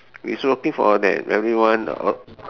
is working for that everyone